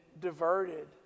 diverted